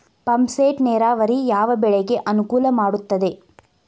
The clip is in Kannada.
ಪಂಪ್ ಸೆಟ್ ನೇರಾವರಿ ಯಾವ್ ಬೆಳೆಗೆ ಅನುಕೂಲ ಮಾಡುತ್ತದೆ?